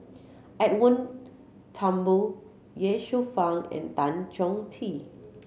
Edwin Thumboo Ye Shufang and Tan Chong Tee